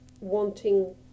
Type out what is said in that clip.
wanting